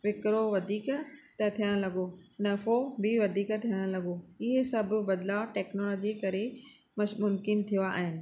विकिणो वधीक त थियणु लॻो नफ़ो बि वधीक थियणु लॻो इहे सभु बदिलाव टैक्नोलॉजी करे बसि मुमकिन थिया आहिनि